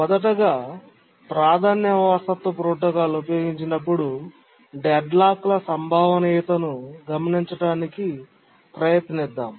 మొదటగా ప్రాధాన్యత వారసత్వ ప్రోటోకాల్ ఉపయోగించినప్పుడు డెడ్లాక్ ల సంభవనీయతను గమనించడానికి ప్రయత్నిద్దాం